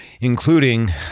including